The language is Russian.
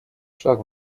шаг